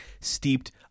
steeped